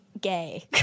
gay